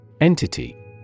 Entity